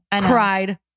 cried